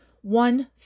one